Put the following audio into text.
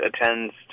attends